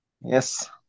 Yes